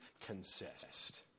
consist